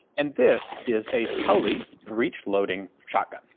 and this is a pauly breech-loading shotgun.